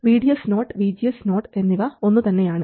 VDS0 VGS0 എന്നിവ ഒന്നുതന്നെയാണ്